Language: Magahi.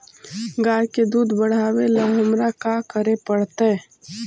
गाय के दुध बढ़ावेला हमरा का करे पड़तई?